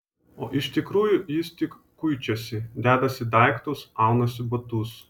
o iš tikrųjų jis tik kuičiasi dedasi daiktus aunasi batus